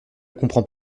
comprends